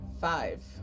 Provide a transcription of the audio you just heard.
Five